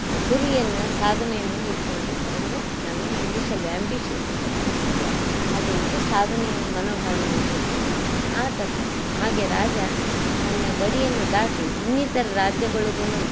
ಗುರಿಯನ್ನು ಸಾಧನೆಯನ್ನು ಇಟ್ಕೊಂಡಿರ್ತಾರೆ ಅಂದರೆ ನಾವೇನು ಇಂಗ್ಲೀಷಲ್ಲಿ ಆ್ಯಂಬೀಷಿಯಸ್ ಅಂತ ಕರಿತೀವಿ ಅಲ್ಲವಾ ಹಾಗೇ ಒಂದು ಸಾಧನೆಯ ಮನೋಭಾವವನ್ನು ಹೊಂದಿರ್ತಾನೆ ಆ ಥರದ ಹಾಗೆ ರಾಜ ತನ್ನ ಗಡಿಯನ್ನು ದಾಟಿ ಇನ್ನಿತರ ರಾಜ್ಯಗಳುಗು